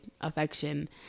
affection